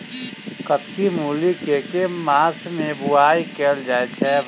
कत्की मूली केँ के मास मे बोवाई कैल जाएँ छैय?